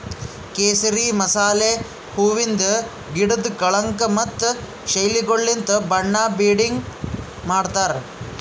ಕೇಸರಿ ಮಸಾಲೆ ಹೂವಿಂದ್ ಗಿಡುದ್ ಕಳಂಕ ಮತ್ತ ಶೈಲಿಗೊಳಲಿಂತ್ ಬಣ್ಣ ಬೀಡಂಗ್ ಮಾಡ್ತಾರ್